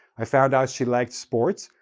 i found out she liked sports.